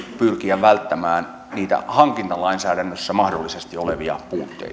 pyrkiä välttämään niitä hankintalainsäädännössä mahdollisesti olevia